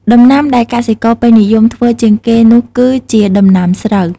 ដំណាំដែលកសិករពេញនិយមធ្វើជាងគេនោះគឺជា ដំណាំស្រូវ។